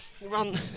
run